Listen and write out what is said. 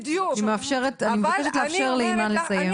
אבל אני מבקשת לאפשר לאימאן לסיים.